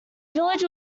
village